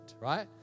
right